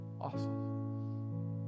Awesome